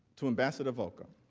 to ambassador volker.